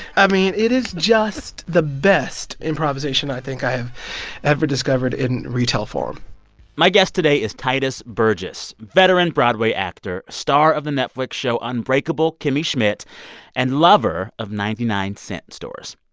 i mean, it is just the best improvisation i think i've ever discovered in retail form my guest today is tituss burgess, veteran broadway actor, star of the netflix show unbreakable kimmy schmidt and lover of ninety nine cents stores.